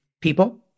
people